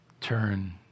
Turn